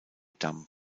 damm